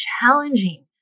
challenging